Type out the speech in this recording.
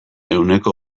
ehuneko